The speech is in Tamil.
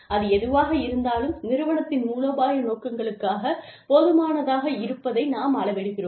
அது எதுவாக இருந்தாலும் நிறுவனத்தின் மூலோபாய நோக்கங்களுக்காக போதுமானதாக இருப்பதை நாம் அளவிடுகிறோம்